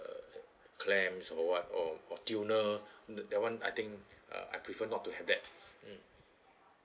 uh clams or what or or tuna the that [one] I think I prefer not to have that mm